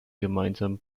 gemeinsam